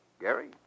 Gary